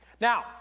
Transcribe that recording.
Now